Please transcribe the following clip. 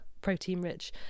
protein-rich